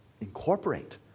incorporate